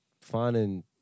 finding